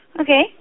Okay